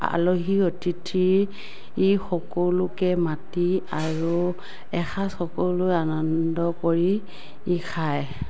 আলহী অতিথি সকলোকে মাতি আৰু এসাঁজ সকলোৱে আনন্দ কৰি খায়